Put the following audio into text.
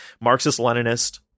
Marxist-Leninist